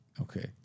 okay